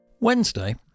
Wednesday